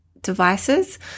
devices